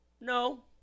No